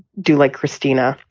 do like christina.